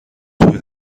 توی